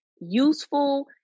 useful